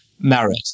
merit